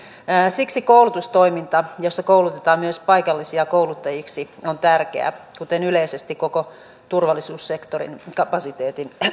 siksi koulutustoiminta jossa koulutetaan myös paikallisia kouluttajiksi on tärkeää kuten yleisesti koko turvallisuussektorin kapasiteetin